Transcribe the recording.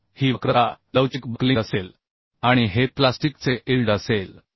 तर ही वक्रता लवचिक बक्लिंग असेल आणि हे प्लास्टिकचे इल्ड असेल